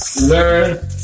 learn